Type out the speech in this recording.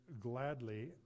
gladly